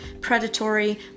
predatory